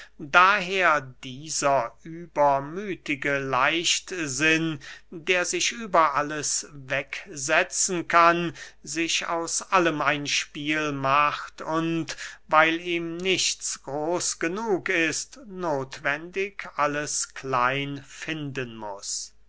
daher dieser übermüthige leichtsinn der sich über alles wegsetzen kann sich aus allem ein spiel macht und weil ihm nichts groß genug ist nothwendig alles klein finden muß